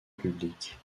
publique